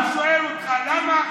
אני שואל אותך למה,